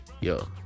yo